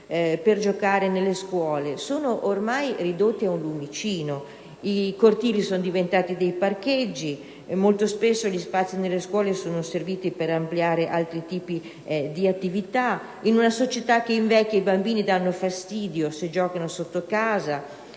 cortili o nelle scuole sono ormai ridotti al lumicino. I cortili sono diventati dei parcheggi; molto spesso gli spazi nelle scuole sono serviti per ampliare altri tipi di attività; in una società che invecchia i bambini danno fastidio se giocano sotto casa;